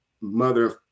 mother